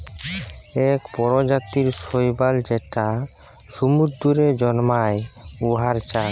ইক পরজাতির শৈবাল যেট সমুদ্দুরে জল্মায়, উয়ার চাষ